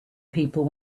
people